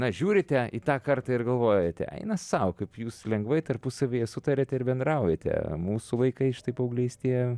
na žiūrite į tą kartą ir galvojate eina sau kaip jūs lengvai tarpusavyje sutariate ir bendraujate mūsų vaikai štai paauglystėje